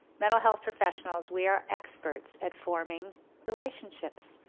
mental health professionals we are experts at forming relationships.